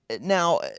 Now